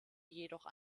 jedoch